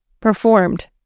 performed